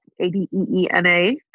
A-D-E-E-N-A